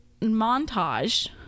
montage